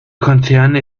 konzerne